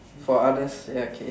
for others ya okay